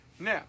Now